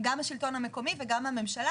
השלטון המקומי וגם הממשלה,